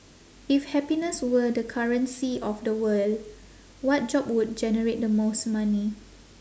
if happiness were the currency of the world what job would generate the most money